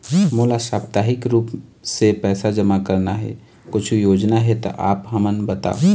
मोला साप्ताहिक रूप से पैसा जमा करना हे, कुछू योजना हे त आप हमन बताव?